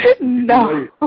No